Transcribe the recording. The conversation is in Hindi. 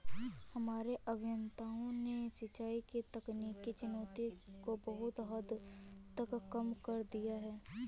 हमारे अभियंताओं ने सिंचाई की तकनीकी चुनौतियों को बहुत हद तक कम कर दिया है